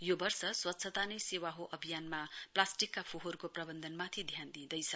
यो वर्ष स्वच्छता नै सेवा हो अभियानमा प्लास्टिकका फोहोरको प्रवन्धनमाथि ध्यान दिइँदैछ